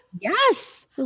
yes